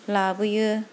लाबोयो